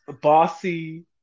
bossy